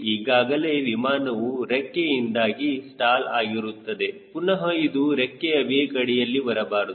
ಈಗಾಗಲೇ ವಿಮಾನವು ರೆಕ್ಕೆ ಇಂದಾಗಿ ಸ್ಟಾಲ್ ಆಗಿರುತ್ತದೆ ಪುನಹ ಇದು ರೆಕ್ಕೆಯ ವೇಕ್ ಅಡಿಯಲ್ಲಿ ಬರಬಾರದು